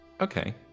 Okay